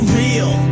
real